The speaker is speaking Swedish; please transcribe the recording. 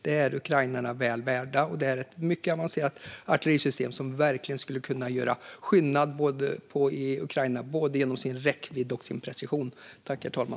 Det är ukrainarna väl värda, och det är ett mycket avancerat artillerisystem som verkligen skulle kunna göra skillnad i Ukraina både genom sin räckvidd och genom sin precision.